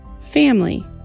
family